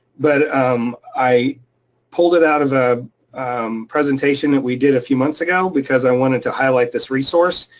but um i pulled it out of a presentation that we did a few months ago because i wanted to highlight this resource.